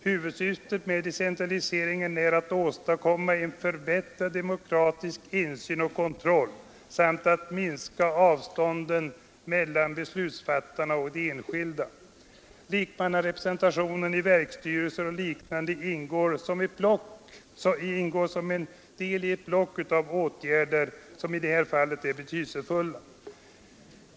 Huvudsyftet med decentraliseringen är att åstadkomma förbättrad demokratisk insyn och kontroll samt minskat avstånd mellan beslutsfattarna och de enskilda. Lekmannarepresentation i verksstyrelser och liknande ingår i det block av åtgärder som är betydelsefulla.